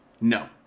No